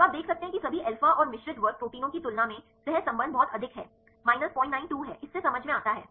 तो आप देख सकते हैं कि सभी अल्फा और मिश्रित वर्ग प्रोटीनों की तुलना में सहसंबंध बहुत अधिक 092 है इससे समझ में आता है